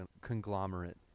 conglomerate